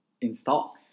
install